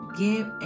give